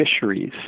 fisheries